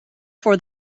for